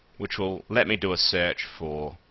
which will let me do a search for